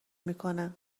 میکنه